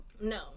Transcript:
No